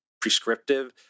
prescriptive